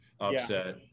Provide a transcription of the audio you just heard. upset